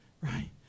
right